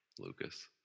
lucas